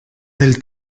del